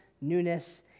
newness